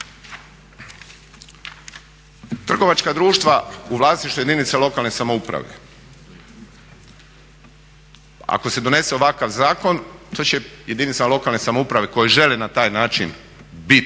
Trgovačka društva u vlasništvu jedinice lokalne samouprave. Ako se donese ovakav zakon to će jedinicama lokalne samouprave koje žele na taj način bit